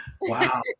wow